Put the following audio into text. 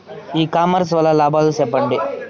ఇ commerce వల్ల లాభాలు సెప్పండి?